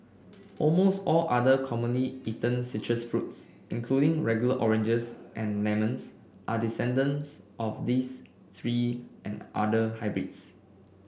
almost all other commonly eaten citrus fruits including regular oranges and lemons are descendants of these three and other hybrids